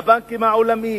בבנקים העולמיים,